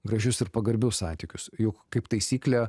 gražius ir pagarbius santykius juk kaip taisyklė